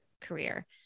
career